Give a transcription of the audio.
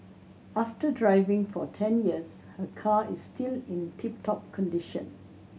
after driving for ten years her car is still in tip top condition